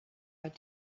out